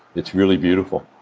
it's really beautiful.